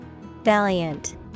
Valiant